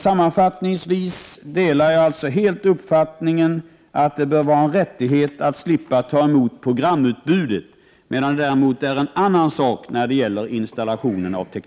Sammanfattningsvis delar jag alltså helt uppfattningen att det bör vara en | rättighet att slippa ta emot programutbudet. Däremot är installationen av tekniken en annan sak.